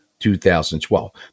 2012